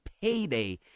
payday